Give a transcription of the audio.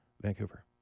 Vancouver